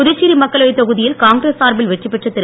புதுச்சேரி மக்களவைத் தொகுதியில் காங்கிரஸ் சார்பில் வெற்றிபெற்ற திரு